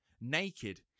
naked